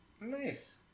Nice